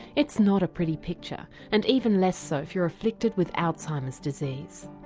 it's not a pretty picture and even less so if you're afflicted with alzheimer's disease.